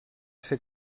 ser